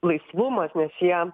laisvumas nes jie